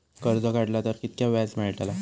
कर्ज काडला तर कीतक्या व्याज मेळतला?